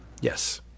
Yes